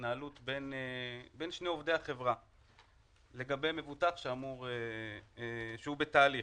התנהלות בין שני עובדי החברה לגבי מבוטח שהוא בתהליך.